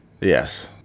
Yes